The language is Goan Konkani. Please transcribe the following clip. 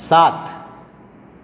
सात